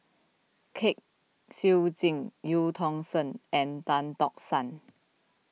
Kwek Siew Jin Eu Tong Sen and Tan Tock San